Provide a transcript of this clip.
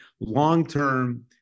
long-term